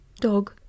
Dog